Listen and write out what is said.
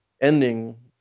ending